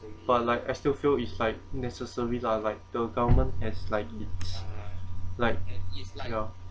but like I still feel it's like necessary lah like the government as like it's like ya